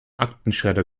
aktenschredder